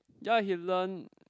ya he learn